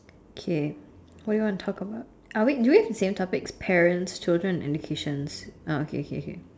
okay what do you want to talk about are we do we have the same topics parents children educations ah okay okay okay